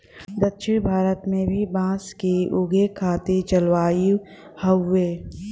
दक्षिण भारत में भी बांस के उगे खातिर जलवायु हउवे